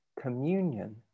communion